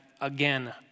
again